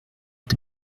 est